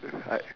I